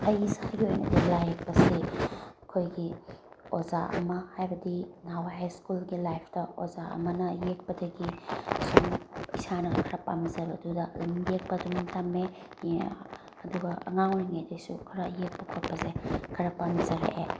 ꯑꯩ ꯏꯁꯥꯒꯤ ꯑꯣꯏꯅꯗꯤ ꯂꯥꯏ ꯌꯦꯛꯄꯁꯦ ꯑꯩꯈꯣꯏꯒꯤ ꯑꯣꯖꯥ ꯑꯃ ꯍꯥꯏꯕꯗꯤ ꯅꯍꯥꯟꯋꯥꯏ ꯍꯥꯏꯁꯀꯨꯜꯒꯤ ꯂꯥꯏꯐꯇ ꯑꯣꯖꯥ ꯑꯃꯅ ꯌꯦꯛꯄꯗꯒꯤ ꯁꯨꯝ ꯏꯁꯥꯅ ꯈꯔ ꯄꯥꯝꯖꯕꯗꯨꯗ ꯑꯗꯨꯝ ꯌꯦꯛꯄ ꯑꯗꯨꯝ ꯇꯝꯃꯦ ꯑꯗꯨꯒ ꯑꯉꯥꯡ ꯑꯣꯏꯔꯤꯉꯩꯗꯁꯨ ꯈꯔ ꯌꯦꯛꯄ ꯈꯣꯠꯄꯁꯦ ꯈꯔ ꯄꯥꯝꯖꯔꯛꯑꯦ